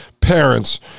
parents